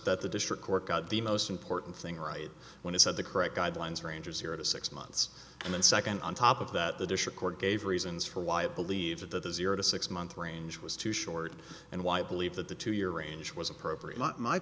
that the district court got the most important thing right when it said the correct guidelines range of zero to six months and then second on top of that the dish record gave reasons for why i believe that the zero to six month range was too short and why i believe that the two year range was appropriate